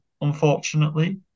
unfortunately